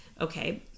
Okay